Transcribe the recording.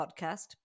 podcast